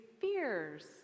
fears